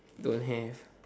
don't have